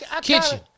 Kitchen